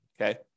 okay